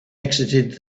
exited